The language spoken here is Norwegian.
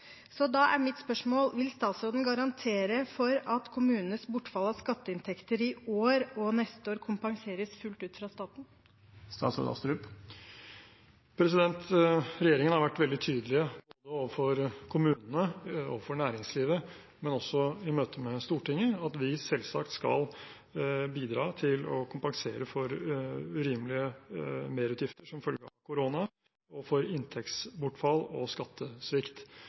Da er mitt spørsmål: Vil statsråden garantere for at kommunenes bortfall av skatteinntekter i år og neste år kompenseres fullt ut fra staten? Regjeringen har vært veldig tydelig på – overfor kommunene og overfor næringslivet, men også i møte med Stortinget – at vi selvsagt skal bidra til å kompensere for urimelige merutgifter som følge av korona, og for inntektsbortfall og skattesvikt.